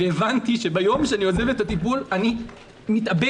הבנתי שביום שאני עוזב את הטיפול אני מתאבד,